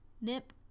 nip